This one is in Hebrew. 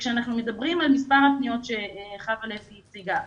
כשאנחנו מדברים על מספר הפניות שחוה לוי הציגה,